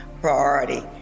priority